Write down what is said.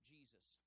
Jesus